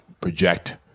project